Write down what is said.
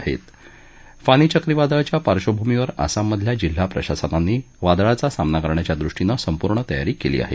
फानी चक्रीवादळाच्या पार्श्वभूमीवर आसाममधील जिल्हा प्रशासनांनी वादळाचा सामना करण्याच्या दृष्टीनं संपूर्ण तयारी केली आहे